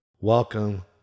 Welcome